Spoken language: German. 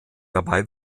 dabei